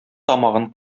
тамагын